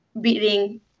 beating